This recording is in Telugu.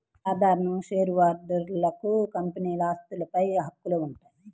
సాధారణ షేర్హోల్డర్లకు కంపెనీ ఆస్తులపై హక్కులు ఉంటాయి